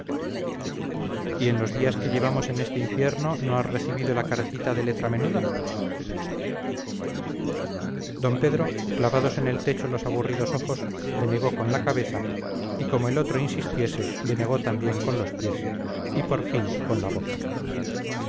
y en los días que llevamos en este infierno no has recibido la cartita de letra menuda d pedro clavados en el techo los aburridos ojos denegó con la cabeza y como el otro insistiese denegó también con los pies y por fin con la boca